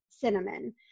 cinnamon